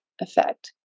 effect